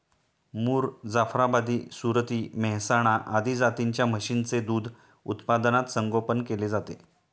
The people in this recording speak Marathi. मुर, जाफराबादी, सुरती, मेहसाणा आदी जातींच्या म्हशींचे दूध उत्पादनात संगोपन केले जाते